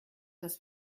dass